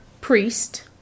priest